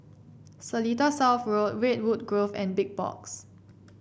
Seletar South Road Redwood Grove and Big Box